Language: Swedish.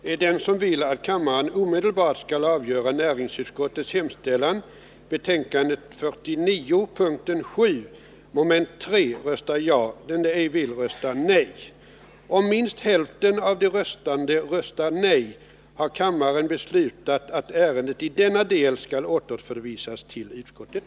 Herr talman! Jag hänvisar till vad som är föremål för beslut i denna fråga här i kammaren i dag, nämligen den socialdemokratiska reservationen 12, i vilken en punkt i motion 482 tas upp. Om minst hälften av de röstande röstar nej har kammaren beslutat att ärendet i denna del skall återförvisas till utskottet. Om minst hälften av de röstande röstar nej har kammaren beslutat att ärendet i denna del skall återförvisas till utskottet.